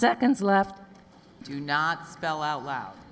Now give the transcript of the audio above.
seconds left do you not spell out loud